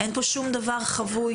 אין פה שום דבר חבוי.